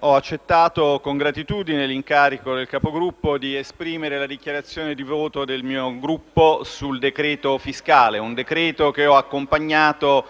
ho accettato con gratitudine l'incarico del Capogruppo di esprimere la dichiarazione di voto del mio Gruppo sul decreto-legge fiscale: un provvedimento che ho accompagnato